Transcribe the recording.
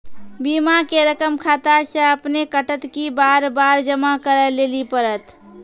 बीमा के रकम खाता से अपने कटत कि बार बार जमा करे लेली पड़त?